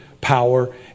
power